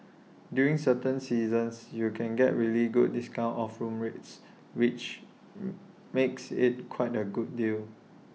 during certain seasons you can get really good discounts off room rates which makes IT quite A good deal